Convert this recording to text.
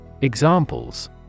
Examples